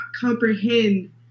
comprehend